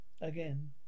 again